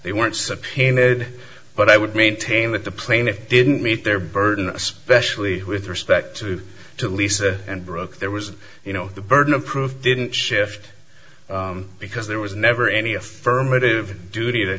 they weren't subpoenaed but i would maintain that the plaintiffs didn't meet their burden especially with respect to to lisa and brooke there was you know the burden of proof didn't shift because there was never any affirmative duty to